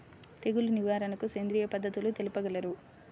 తెగులు నివారణకు సేంద్రియ పద్ధతులు తెలుపగలరు?